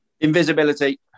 Invisibility